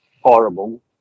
horrible